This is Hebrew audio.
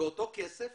שבאותו כסף